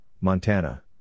Montana